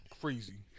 crazy